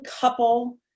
couple